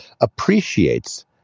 appreciates